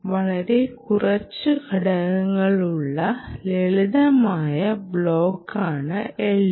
വളരെ കുറച്ച് ഘടകങ്ങളുള്ള ലളിതമായ ബ്ലോക്കാണ് LDO